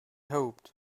hoped